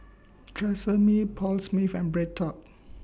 Tresemme Paul Smith and BreadTalk